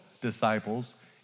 disciples